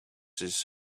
his